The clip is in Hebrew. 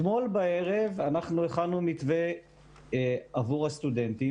אתמול בערב הכנו מתווה עבור הסטודנטים